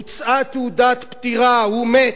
הוצאה תעודת פטירה, הוא מת.